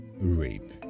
rape